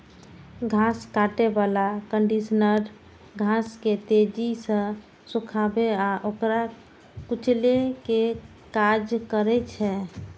घास काटै बला कंडीशनर घास के तेजी सं सुखाबै आ ओकरा कुचलै के काज करै छै